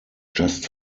just